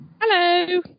Hello